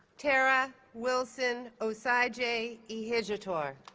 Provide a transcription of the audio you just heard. terah wilson osajie ehigiator